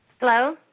Hello